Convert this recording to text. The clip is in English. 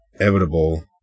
inevitable